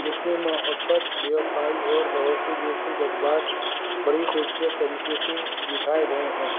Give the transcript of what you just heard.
جس میں محبت بے وفائی اور بھروسے جیسے جذبات بڑی خوبصورت طریقے سے دکھائے گئے ہیں